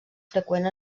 freqüent